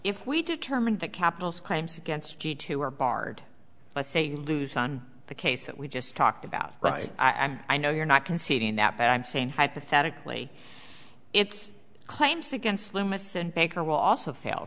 if we determined that capitals claims against g two are barred let's say you lose on the case that we just talked about right i know you're not conceding that but i'm saying hypothetically it's claims against lewis and baker will also fail